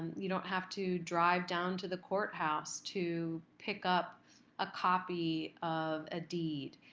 you don't have to drive down to the courthouse to pick up a copy of a deed.